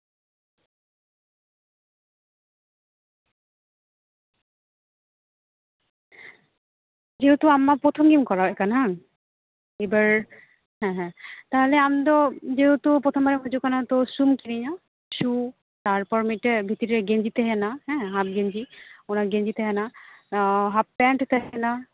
ᱡᱮᱦᱮᱛᱩ ᱟᱢ ᱢᱟ ᱯᱨᱚᱛᱷᱚᱢ ᱜᱮᱢ ᱠᱚᱨᱟᱣᱮᱫ ᱠᱟᱱ ᱵᱟᱝ ᱮᱵᱟᱨ ᱦᱮᱸ ᱦᱮᱸ ᱛᱟᱦᱞᱮ ᱟᱢ ᱫᱚ ᱡᱮᱦᱮᱛᱩ ᱯᱨᱚᱛᱷᱚᱢ ᱵᱟᱨᱮᱢ ᱦᱤᱡᱩᱜ ᱠᱟᱱᱟ ᱛᱚ ᱥᱩᱢ ᱠᱤᱨᱤᱧᱟ ᱥᱩ ᱛᱟᱨᱯᱚᱨ ᱢᱤᱫᱴᱮᱱ ᱵᱷᱤᱛᱨᱤ ᱨᱮ ᱜᱮᱧᱡᱤ ᱛᱟᱦᱮᱱᱟ ᱦᱮᱸ ᱦᱟᱯ ᱜᱮᱧᱡᱤ ᱚᱱᱟ ᱜᱮᱧᱡᱤ ᱛᱟᱦᱮᱱᱟ ᱦᱟᱯ ᱯᱮᱱᱴ ᱛᱟᱦᱮᱱᱟ